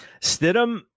Stidham